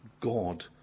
God